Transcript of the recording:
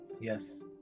Yes